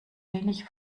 wenig